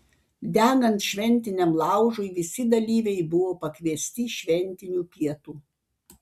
degant šventiniam laužui visi dalyviai buvo pakviesti šventinių pietų